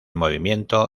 movimiento